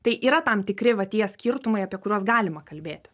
tai yra tam tikri va tie skirtumai apie kuriuos galima kalbėti